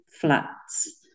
flats